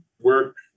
work